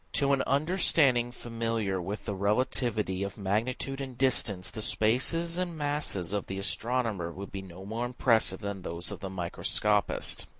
to an understanding familiar with the relativity of magnitude and distance the spaces and masses of the astronomer would be no more impressive than those of the microscopist.